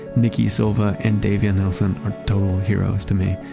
nikki silva and davia nelson are total heroes to me.